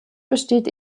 besteht